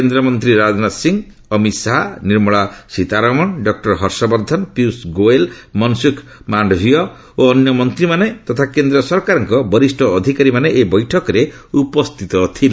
କେନ୍ଦ୍ର ମନ୍ତ୍ରୀ ରାଜନାଥ ସିଂହ ଅମିତ ଶାହା ନିର୍ମଳା ସୀତାରମଣ ଡକୁର ହର୍ଷବର୍ଦ୍ଧନ ପୀୟୂଷ ଗୋଏଲ ମନସୁଖ ମାଣ୍ଡଭୀୟା ଓ ଅନ୍ୟ ମନ୍ତ୍ରୀମାନେ ତଥା କେନ୍ଦ୍ ସରକାରଙ୍କ ବରିଷ୍ଣ ଅଧିକାରୀମାନେ ଏହି ବୈଠକରେ ଉପସ୍ଥିତ ଥିଲେ